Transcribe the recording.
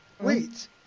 Wait